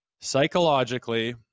psychologically